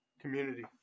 community